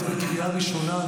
את בקריאה ראשונה,